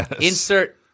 Insert